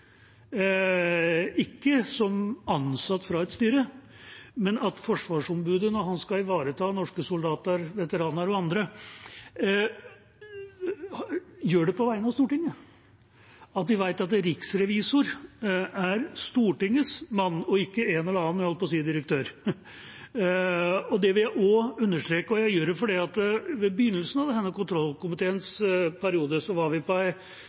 ikke som ansatt fra et styre, men at forsvarsombudet, når han skal ivareta norske soldater, veteraner og andre, gjør det på vegne av Stortinget, at vi vet at riksrevisor er Stortingets mann og ikke en eller annen – jeg holdt på si – direktør. Det vil jeg også understreke, og jeg gjør det fordi vi ved begynnelsen av denne kontrollkomiteens periode var på en felles reise i Norden. Vi